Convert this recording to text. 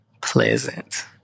Pleasant